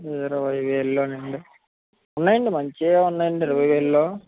ఇరవైవేల్లో నండి ఉన్నాయండి మంచివే ఉన్నాయండి ఇరవైవేలలో